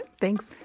Thanks